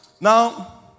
Now